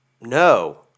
no